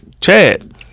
Chad